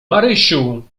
marysiu